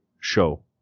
show